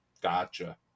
Gotcha